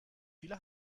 viele